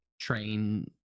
train